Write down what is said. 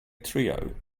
trio